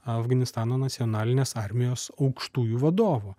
afganistano nacionalinės armijos aukštųjų vadovų